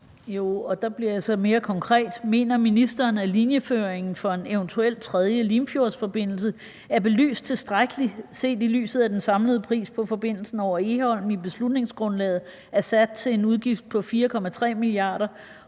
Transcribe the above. Peder Hvelplund (EL)): Mener ministeren, at linjeføringen for en eventuel tredje Limfjordsforbindelse er belyst tilstrækkeligt, set i lyset af at den samlede pris på forbindelsen over Egholm i beslutningsgrundlaget er sat til 4,3 mia. kr.